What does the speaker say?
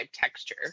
texture